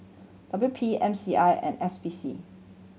W P M C I and S P C